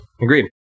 Agreed